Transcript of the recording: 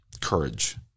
courage